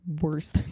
worse